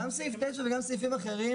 גם סעיף 9 וגם סעיפים אחרים,